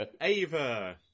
Ava